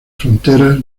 fronteras